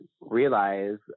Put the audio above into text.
realize